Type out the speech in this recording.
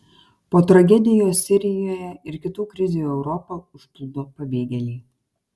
po tragedijos sirijoje ir kitų krizių europą užplūdo pabėgėliai